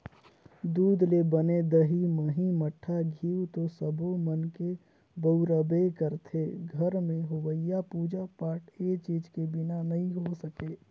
दूद ले बने दही, मही, मठा, घींव तो सब्बो मनखे ह बउरबे करथे, घर में होवईया पूजा पाठ ए चीज के बिना नइ हो सके